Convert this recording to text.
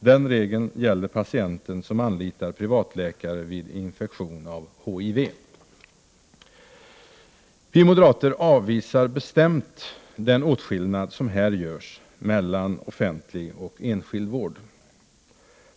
Den regeln gäller patienter som anlitar privatläkare vid infektion av HIV. Vi moderater avvisar bestämt den åtskillnad som här görs mellan offentlig och enskild vård.